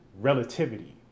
relativity